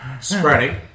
spreading